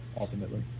ultimately